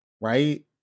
Right